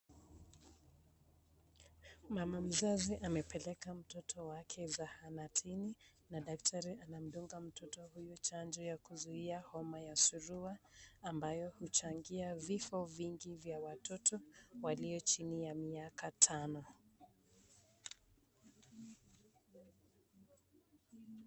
Mama mzazi amepeleka mtoto wake zahanatini na daktari anamdunga mtoto huyu chanjo ya kuzuia homa ya surua ambayo huchangia vifo vingi vya watoto walio chini ya miaka tano.